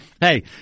Hey